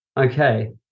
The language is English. Okay